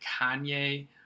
Kanye